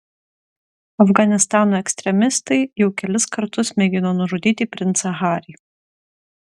afganistano ekstremistai jau kelis kartus mėgino nužudyti princą harį